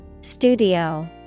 Studio